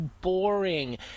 boring